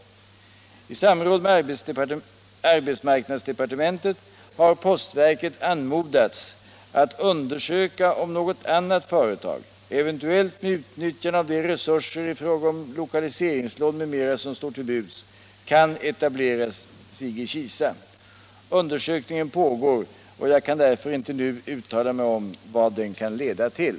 I samråd med arbetsmarknadsdepartementet har postverket anmodats att undersöka om något annat företag —- eventuellt med utnyttjande av de resurser i fråga om lokaliseringslån m.m. som står till buds — kan etablera sig i Kisa. Undersökningen pågår, och jag kan därför inte nu uttala mig om vad den kan leda till.